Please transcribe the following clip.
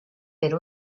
per